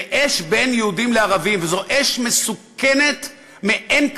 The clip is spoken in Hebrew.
ואש בין יהודים לערבים, וזו אש מסוכנת מאין כמוה.